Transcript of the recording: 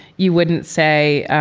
you wouldn't say